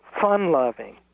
fun-loving